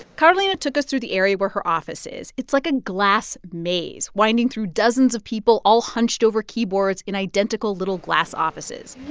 carolina took us through the area where her office is. it's like a glass maze winding through dozens of people all hunched over keyboards in identical, little glass offices